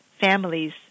families